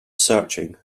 searching